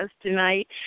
tonight